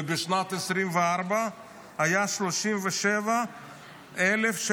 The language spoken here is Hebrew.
ובשנת 2024 היה 37,602,